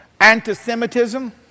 Antisemitism